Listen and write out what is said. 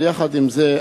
יחד עם זה,